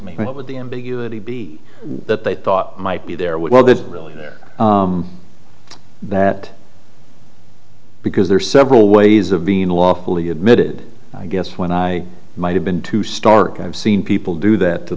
me with the ambiguity be that they thought might be there well that really that because there are several ways of being lawfully admitted i guess when i might have been too stark i've seen people do that to